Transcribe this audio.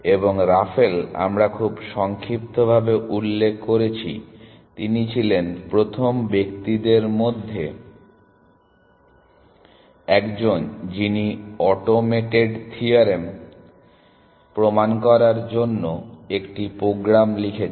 এবং রাফেল আমরা খুব সংক্ষিপ্তভাবে উল্লেখ করেছি তিনি ছিলেন প্রথম ব্যক্তিদের মধ্যে একজন যিনি অটোমেটেড থিওরেম প্রমাণ করার জন্য একটি প্রোগ্রাম লিখেছেন